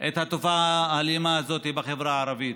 את התופעה האלימה הזאת בחברה הערבית.